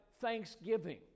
thanksgiving